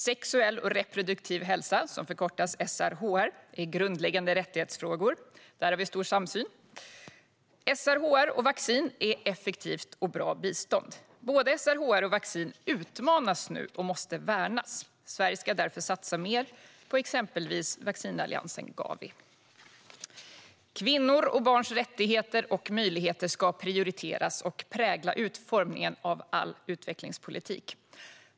Sexuell och reproduktiv hälsa och rättigheter, SRHR, är grundläggande rättighetsfrågor. Där har vi stor samsyn. SRHR och vaccin är effektivt och bra bistånd. Både SRHR och vaccin utmanas nu och måste värnas. Sverige ska därför satsa mer på exempelvis vaccinalliansen Gavi. Kvinnors och barns rättigheter och möjligheter ska prioriteras och prägla utformningen av all utvecklingspolitik.